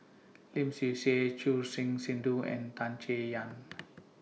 Lim Swee Say Choor Singh Sidhu and Tan Chay Yan